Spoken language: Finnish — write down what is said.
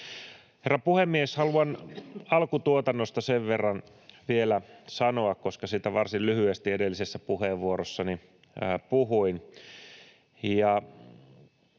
Herra puhemies! Haluan alkutuotannosta sen verran vielä sanoa, koska siitä varsin lyhyesti edellisessä puheenvuorossani puhuin,